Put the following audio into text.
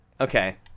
Okay